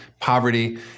poverty